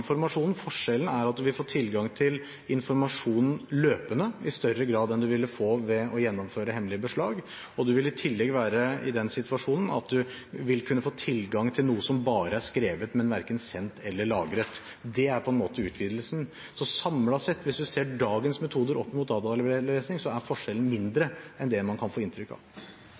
informasjonen. Forskjellen er at en vil få tilgang til informasjonen løpende, i større grad enn en ville få ved å gjennomføre hemmelige beslag. En vil i tillegg være i den situasjon at en vil kunne få tilgang til noe som bare er skrevet, men som er verken sendt eller lagret. Det er på en måte utvidelsen. Så samlet sett, hvis en ser dagens metoder opp mot dataavlesing, er forskjellen mindre enn man kan få inntrykk av.